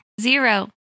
Zero